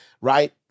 right